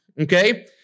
Okay